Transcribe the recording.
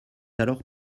alors